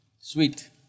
sweet